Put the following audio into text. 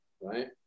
right